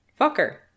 Fucker